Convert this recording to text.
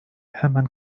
hemen